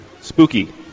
Spooky